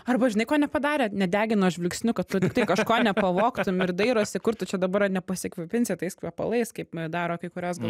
arba žinai ko nepadarė nedegino žvilgsniu kad tu tiktai kažko nepavogtum ir dairosi kur tu čia dabar ar nepasikvėpinsi tais kvepalais kaip daro kai kurios gal